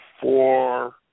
four